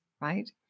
right